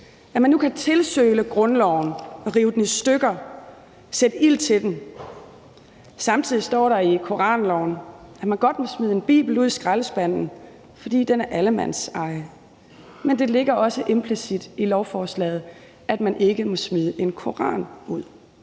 at man nu kan tilsøle grundloven, rive den i stykker og sætte ild til den? Samtidig står der i koranloven, at man godt må smide en bibel ud i skraldespanden, fordi den er allemandseje, men det ligger også implicit i lovforslaget, at man ikke må smide en koran ud.